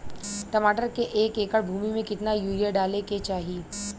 टमाटर के एक एकड़ भूमि मे कितना यूरिया डाले के चाही?